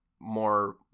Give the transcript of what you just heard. more